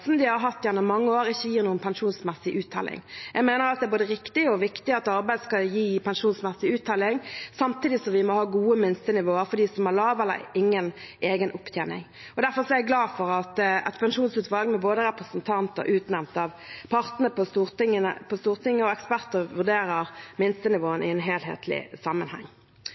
de har hatt gjennom mange år, ikke gir noen pensjonsmessig uttelling. Jeg mener at det er både riktig og viktig at arbeid skal gi pensjonsmessig uttelling, samtidig som vi må ha gode minstenivåer for de som har lav eller ingen egen opptjening. Derfor er jeg glad for at et pensjonsutvalg med både representanter utnevnt av partene på Stortinget og eksperter vurderer minstenivåene i en helhetlig sammenheng.